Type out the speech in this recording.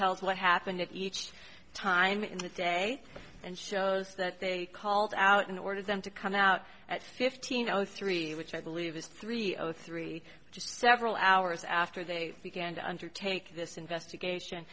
tells what happened each time in the day and shows that they called out and ordered them to come out at fifteen zero three which i believe is three zero three just several hours after they began to undertake this investigation